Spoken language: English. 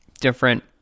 Different